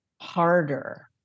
harder